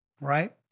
right